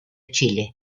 chile